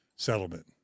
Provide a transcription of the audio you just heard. settlement